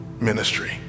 ministry